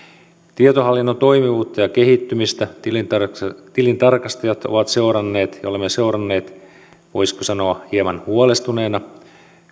tietohallinnon toimivuutta ja kehittymistä tilintarkastajat tilintarkastajat ovat seuranneet ja olemme seuranneet voisiko sanoa hieman huolestuneina